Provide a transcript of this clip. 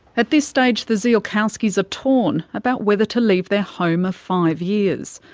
at this stage the ziolkowskis are torn about whether to leave their home of five years.